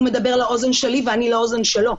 הוא מדבר לאוזן שלי ואני לאוזן שלו.